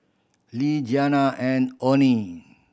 Le Jeanna and Oney